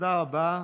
תודה רבה.